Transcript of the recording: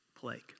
plague